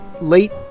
late